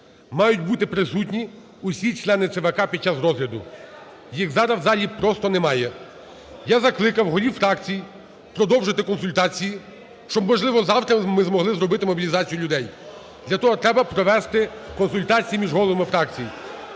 Мають бути присутні всі члени ЦВК під час розгляду. Їх зараз у залі просто немає. Я закликав голів фракцій продовжити консультації, щоб, можливо, завтра ми змогли зробити мобілізацію людей. Для того треба провести консультації між головами фракцій.